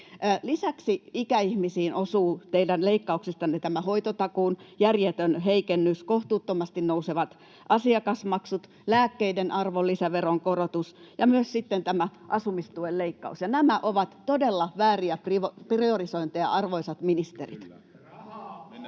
Lisäksi ikäihmisiin osuu teidän leikkauksistanne tämä hoitotakuun järjetön heikennys, kohtuuttomasti nousevat asiakasmaksut, lääkkeiden arvonlisäveron korotus ja myös asumistuen leikkaus. Nämä ovat todella vääriä priorisointeja, arvoisat ministerit. [Ben